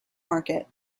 market